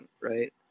right